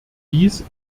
dies